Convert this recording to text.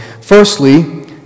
Firstly